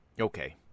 Okay